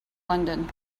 london